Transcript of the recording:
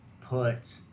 put